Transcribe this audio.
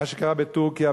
מה שקרה בטורקיה,